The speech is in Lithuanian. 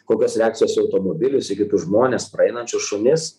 kokios reakcijos į automobilius į kitus žmones praeinančius šunis